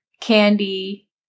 candy